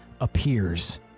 appears